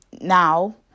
now